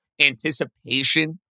anticipation